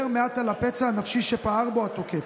מעט על הפצע הנפשי שפער בו התוקף.